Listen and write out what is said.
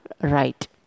right